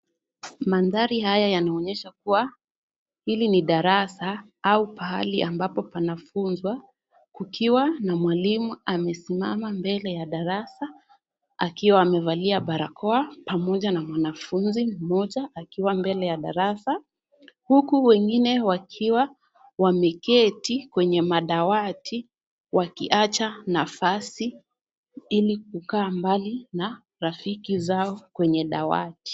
Mandhari haya yanaonyesha kuwa hili ni darasa au pahali ambapo panafunzwa, kukiwa na mwalimu amesimama mbele ya darasa akiwa amevalia barakoa pamoja na mwanafunzi mmoja akiwa mbele ya darasa, huku wengine wakiwa wameketi kwenye madawati wakiacha nafasi ili kukaa mbali na rafiki zao kwenye dawati.